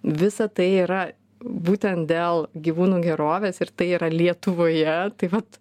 visa tai yra būtent dėl gyvūnų gerovės ir tai yra lietuvoje tai vat